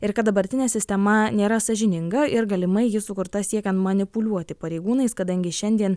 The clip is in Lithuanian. ir kad dabartinė sistema nėra sąžininga ir galimai ji sukurta siekiant manipuliuoti pareigūnais kadangi šiandien